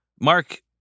Mark